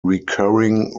recurring